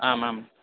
आम् आम्